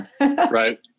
Right